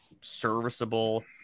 serviceable